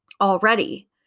already